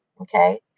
okay